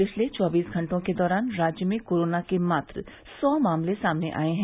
पिछले चौबीस घंटे के दौरान राज्य में कोरोना के मात्र सौ मामले सामने आये हैं